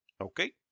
Okay